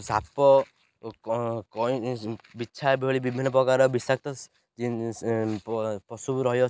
ସାପ ଓ ବିଛା ଭଳି ବିଭିନ୍ନ ପ୍ରକାର ବିଷାକ୍ତ ପଶୁ